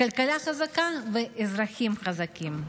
כלכלה חזקה ואזרחים חזקים.